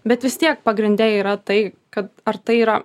bet vis tiek pagrinde yra tai kad ar tai yra